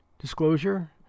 Disclosure